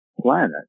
planet